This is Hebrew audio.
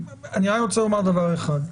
אני רק רוצה לומר דבר אחד,